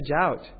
out